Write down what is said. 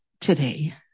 today